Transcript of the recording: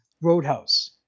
Roadhouse